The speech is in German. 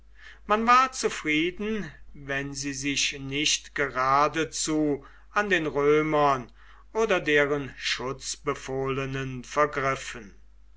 man war zufrieden wenn sie sich nicht geradezu an den römern oder deren schutzbefohlenen vergriffen